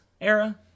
era